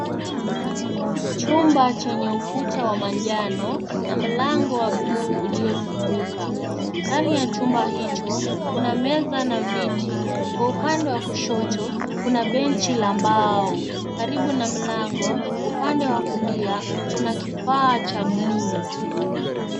Chumba chenye ukuta wa manjano na mlango wa buluu uliyofunguka, ndani ya chumba hicho kuna meza na viti kwa upande wa kushoto kuna benchi la mbao, karibu na mlango upande wa kulia kuna kifaa cha buluu.